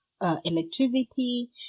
Electricity